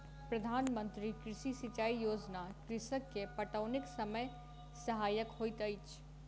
प्रधान मंत्री कृषि सिचाई योजना कृषक के पटौनीक समय सहायक होइत अछि